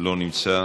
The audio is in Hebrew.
לא נמצא,